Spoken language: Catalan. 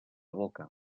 boca